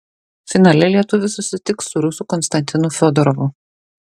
finale lietuvis susitiks su rusu konstantinu fiodorovu